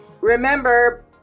remember